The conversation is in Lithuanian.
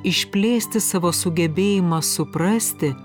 išplėsti savo sugebėjimą suprasti